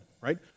right